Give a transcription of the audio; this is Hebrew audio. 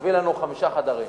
תביא לנו חמישה חדרים.